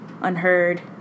unheard